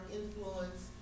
influence